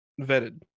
vetted